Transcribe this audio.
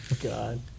God